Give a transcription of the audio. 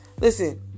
Listen